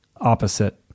opposite